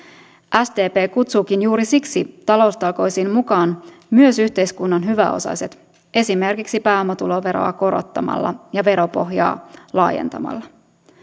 sdp kutsuukin juuri siksi taloustalkoisiin mukaan myös yhteiskunnan hyväosaiset esimerkiksi pääomatuloveroa korottamalla ja veropohjaa laajentamalla